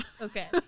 Okay